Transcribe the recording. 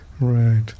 right